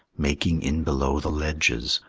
making in below the ledges,